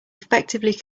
effectively